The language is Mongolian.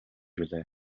билээ